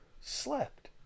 slept